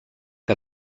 que